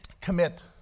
commit